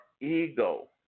ego